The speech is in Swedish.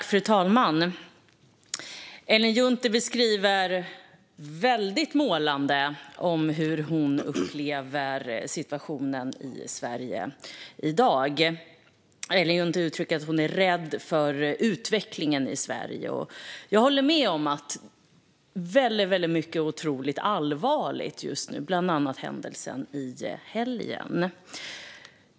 Fru talman! Ellen Juntti beskriver väldigt målande hur hon upplever situationen i Sverige i dag. Ellen Juntti uttrycker att hon är rädd för utvecklingen i Sverige. Jag håller med om att väldigt mycket är otroligt allvarligt just nu, bland annat händelsen i helgen.